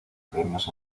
premios